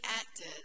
acted